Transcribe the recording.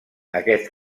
aquest